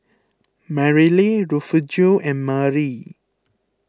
Merrily Refugio and Marie